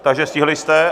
Takže stihli jste.